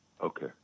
Okay